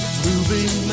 moving